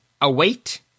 await